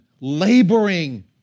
laboring